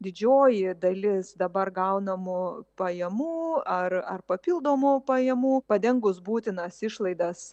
didžioji dalis dabar gaunamų pajamų ar ar papildomų pajamų padengus būtinas išlaidas